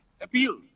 appeal